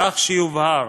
כך שיובהר